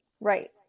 Right